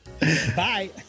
Bye